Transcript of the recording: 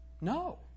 No